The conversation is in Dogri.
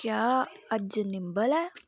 क्या अज्ज निंबल ऐ